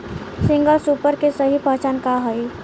Single super के सही पहचान का हई?